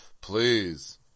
Please